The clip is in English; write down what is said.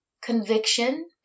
Conviction